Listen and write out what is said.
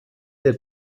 der